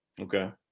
Okay